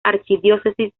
archidiócesis